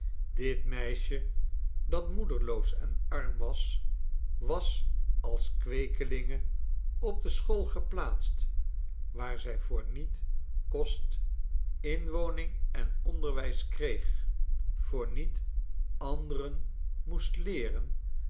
dit meisje dat moederloos en arm was was als kweekelinge op de school geplaatst waar zij voorniet kost inwoning enonderwijs kreeg voorniet anderen moest leeren